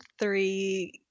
three